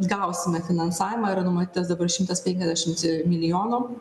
gausime finansavimą yra numatytas dabar šimtas penkiasdešims milijonų